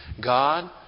God